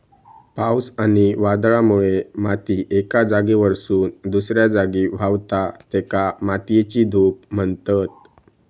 पावस आणि वादळामुळे माती एका जागेवरसून दुसऱ्या जागी व्हावता, तेका मातयेची धूप म्हणतत